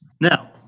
Now